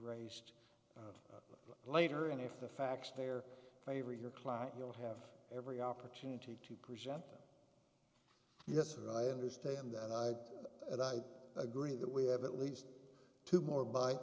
raised later and if the facts they are favor your client you'll have every opportunity to present them yes or i understand that i and i agree that we have at least two more b